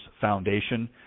Foundation